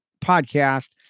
podcast